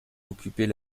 occupait